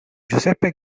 giuseppe